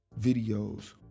videos